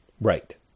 Right